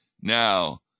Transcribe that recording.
Now